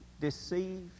deceived